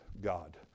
God